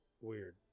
weird